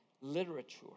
literature